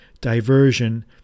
diversion